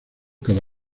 cada